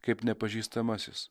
kaip nepažįstamasis